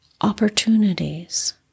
opportunities